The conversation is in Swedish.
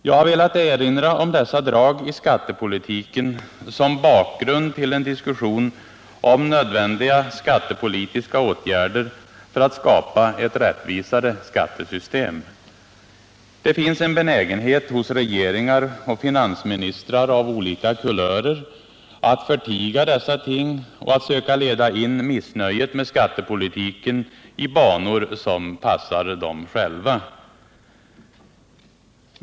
Jag har velat erinra om dessa drag i skattepolitiken som bakgrund till en diskussion om nödvändiga skattepolitiska åtgärder för att skapa ett rättvisare skattesystem. Det finns en benägenhet hos regeringar och finansministrar av olika kulörer att förtiga dessa ting och att söka leda in missnöjet med skattepolitiken i banor som passar dem själva.